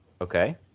okay